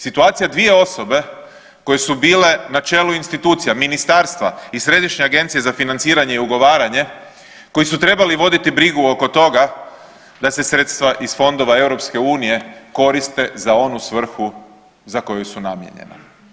Situacija 2 osobe koje su bile na čelu institucija ministarstva i Središnje agencije za financiranje i ugovaranje koji su trebali voditi brigu oko toga da se sredstava iz fondova EU koriste za onu svrhu za koju su namijenjena.